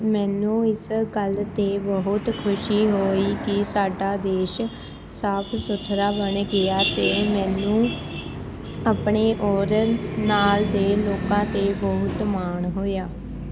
ਮੈਨੂੰ ਇਸ ਗੱਲ 'ਤੇ ਬਹੁਤ ਖੁਸ਼ੀ ਹੋਈ ਕਿ ਸਾਡਾ ਦੇਸ਼ ਸਾਫ ਸੁਥਰਾ ਬਣ ਗਿਆ ਅਤੇ ਮੈਨੂੰ ਆਪਣੇ ਔਰ ਨਾਲ ਦੇ ਲੋਕਾਂ 'ਤੇ ਬਹੁਤ ਮਾਣ ਹੋਇਆ